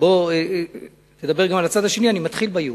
בוא תדבר גם על הצד השני, אני מתחיל ביהודים.